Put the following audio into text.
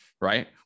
right